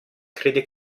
crede